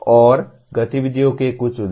और गतिविधियों के कुछ उदाहरण